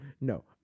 No